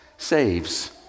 saves